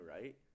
right